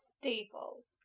staples